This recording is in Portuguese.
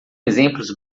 exemplos